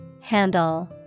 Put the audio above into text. Handle